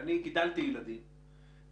ואני גידלתי ילדים,